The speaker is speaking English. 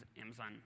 Amazon